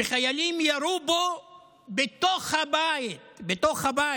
שחיילים ירו בו בתוך הבית, בתוך הבית.